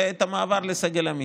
ואת המעבר לסגל עמית.